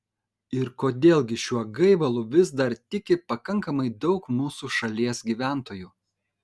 ir kodėl gi šiuo gaivalu vis dar tiki pakankamai daug mūsų šalies gyventojų